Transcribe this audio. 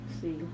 See